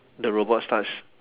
the robot starts